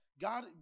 God